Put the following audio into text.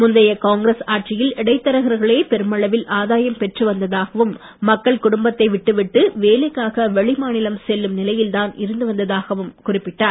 முந்தைய காங்கிரஸ் ஆட்சியில் இடைத்தரகர்களே பெருமளவில் ஆதாயம் பெற்று வந்ததாகவும் மக்கள் குடும்பத்தை விட்டுவிட்டு வேலைக்காக வெளிமாநிலம் செல்லும் நிலையில் தான் இருந்து வந்ததாகவும் அவர் குறிப்பிட்டார்